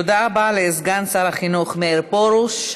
תודה רבה לסגן שר החינוך מאיר פרוש.